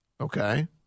Okay